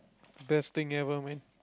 best thing ever man